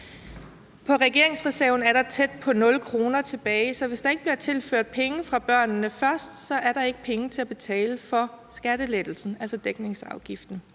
På regeringsreserven er der tæt på 0 kr. tilbage, så hvis der ikke bliver tilført penge fra »Børnene Først«, er der ikke penge til at betale for skattelettelsen, altså dækningsafgiften.